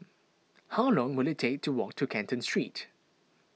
how long will it take to walk to Canton Street